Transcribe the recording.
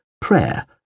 Prayer